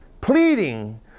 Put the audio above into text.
pleading